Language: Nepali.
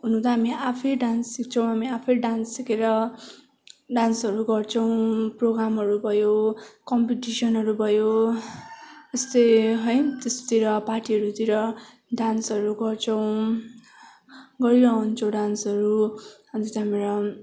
हुनु ता हामी आफै डान्स सिक्छौँ हामी आफै डान्स सिकेर डान्सहरू गर्छौँ प्रोगामहरू भयो कम्पिटिसनहरू भयो यस्तै है त्यस्तोतिर पार्टीहरूतिर डान्सहरू गर्छौँ गरिरहन्छौँ डान्सहरू अन्त त्यहाँबाट